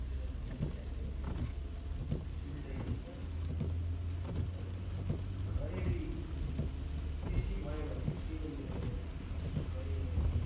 कृषकहरूलाई चाहिँ अलिकति सुविधै हुन्छ अनि खडेरी बेसी भयो भने त्यो पनि हुँदैन अनि खडेरीमा पनि